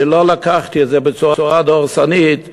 אני לא לקחתי את זה בצורה דורסנית ואמרתי: